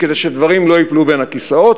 כדי שדברים לא ייפלו בין הכיסאות,